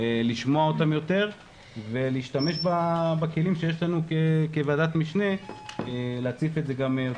לשמוע אותם יותר ולהשתמש בכלים שיש לנו כוועדת משנה להציף את זה יותר